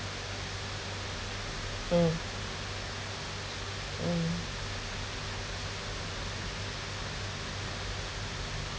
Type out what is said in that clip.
mm mm